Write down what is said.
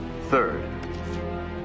Third